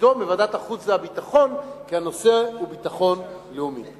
בוועדת החוץ והביטחון, כי הנושא הוא ביטחון לאומי.